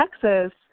Texas